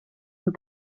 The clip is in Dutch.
een